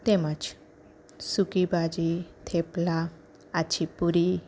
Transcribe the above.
તેમજ સૂકી ભાજી થેપલા આછી પુરી